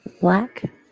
Black